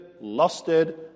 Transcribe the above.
lusted